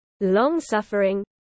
long-suffering